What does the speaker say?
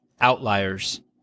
Outliers